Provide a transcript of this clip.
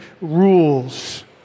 rules